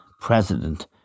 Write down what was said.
president